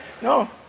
No